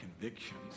convictions